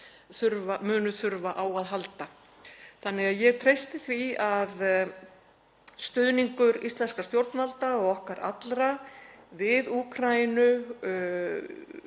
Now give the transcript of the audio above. lent, mun þurfa á að halda. Ég treysti því að stuðningur íslenskra stjórnvalda og okkar allra við Úkraínu